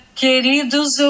queridos